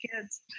kids